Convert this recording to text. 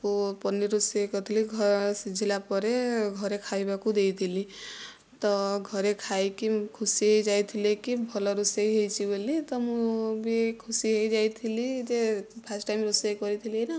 ମୁଁ ପନିର ରୋଷେଇ କରିଥିଲି ଘରେ ସିଝିଲା ପରେ ଘରେ ଖାଇବାକୁ ଦେଇଥିଲି ତ ଘରେ ଖାଇକି ଖୁସି ହୋଇ ଯାଇଥିଲେ କି ଭଲ ରୋଷେଇ ହୋଇଛି ବୋଲି ତ ମୁଁ ବି ଖୁସି ହୋଇ ଯାଇଥିଲି ଯେ ଫାଷ୍ଟ ଟାଇମ୍ ରୋଷେଇ କରିଥିଲି ନାଁ